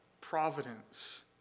providence